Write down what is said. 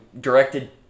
directed